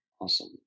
Awesome